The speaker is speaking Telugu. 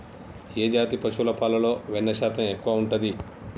ఏ జాతి పశువుల పాలలో వెన్నె శాతం ఎక్కువ ఉంటది?